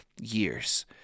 years